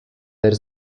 ver